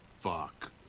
fuck